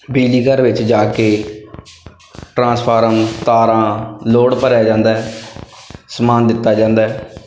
ਬਿਜਲੀ ਘਰ ਵਿੱਚ ਜਾ ਕੇ ਟਰਾਂਸਫਾਰਮ ਤਾਰਾਂ ਲੋਡ ਭਰਿਆ ਜਾਂਦਾ ਸਮਾਨ ਦਿੱਤਾ ਜਾਂਦਾ